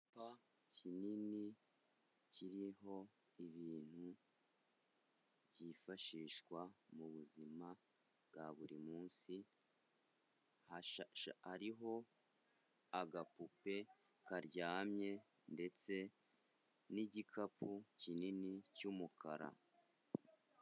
Kinini kiriho ibintu byifashishwa mu buzima bwa buri munsi hariho agapupe karyamye ndetse n'igikapu kinini cy'umukara.